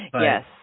Yes